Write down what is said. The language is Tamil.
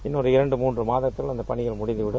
இன்னும் இரண்டு முன்று மாதத்தில் அந்த பணிகள் முடிந்தவிடும்